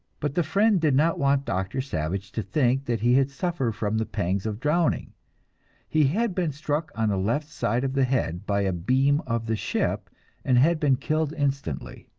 but the friend did not want doctor savage to think that he had suffered from the pangs of drowning he had been struck on the left side of the head by a beam of the ship and had been killed instantly.